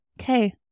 Okay